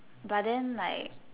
but then like